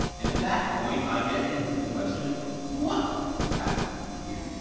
and at that point, i get into the question what happened here?